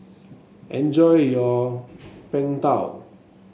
enjoy your Png Tao